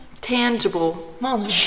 tangible